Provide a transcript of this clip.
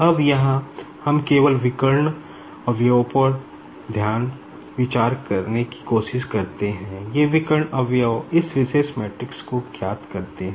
अब यहां हम केवल विकर्ण कंपोनेंट इस विशेष मैट्रिक्स को ज्ञात करते हैं